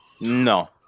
No